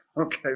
okay